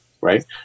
right